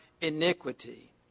iniquity